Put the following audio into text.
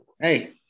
Hey